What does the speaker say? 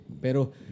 Pero